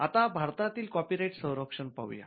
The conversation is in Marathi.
आता भारतातील कॉपीराइट संरक्षण पाहूया